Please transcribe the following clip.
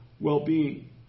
well-being